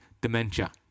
dementia